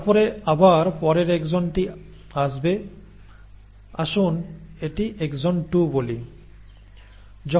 তারপরে আবার পরের এক্সনটি আসবে আসুন এটি এক্সন 2 বলি